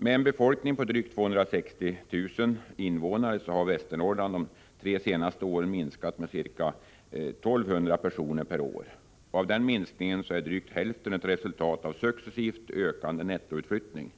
Med en befolkning på drygt 260 000 invånare har Västernorrland de tre senaste åren minskat med ca 1 200 personer per år. Av den minskningen är drygt hälften ett resultat av en successivt ökande nettoutflyttning.